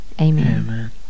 Amen